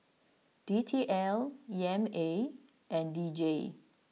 D T L E M A and D J